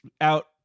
out